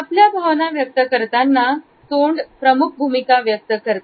आपल्या भावना व्यक्त करताना तोंड प्रमुख भूमिका व्यक्त करते